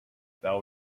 thou